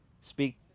speak